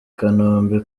kanombe